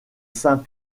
saint